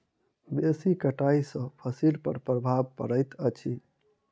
बेसी कटाई सॅ फसिल पर प्रभाव पड़ैत अछि